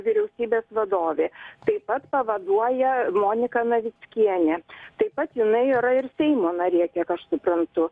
vyriausybės vadovė taip pat pavaduoja monika navickienė taip pat jinai yra ir seimo narė kiek aš suprantu